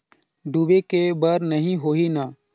डूबे के बर नहीं होही न?